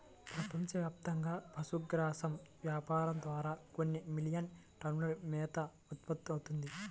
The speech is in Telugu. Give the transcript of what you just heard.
ప్రపంచవ్యాప్తంగా పశుగ్రాసం వ్యాపారం ద్వారా కొన్ని మిలియన్ టన్నుల మేత ఉత్పత్తవుతుంది